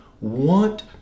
want